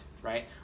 Right